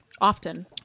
Often